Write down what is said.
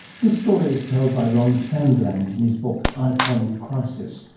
this story is told by ron sandland in his book icon in crisis,